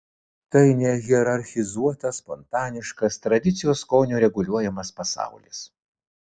tai nehierarchizuotas spontaniškas tradicijos skonio reguliuojamas pasaulis